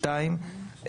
שתיים,